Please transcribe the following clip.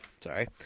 Sorry